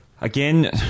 again